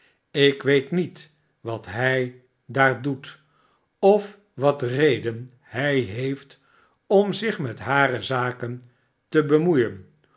ik weet niet wat hij daar doet of wat reden hij heeft om zich met hare zaken te bemoeien